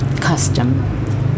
custom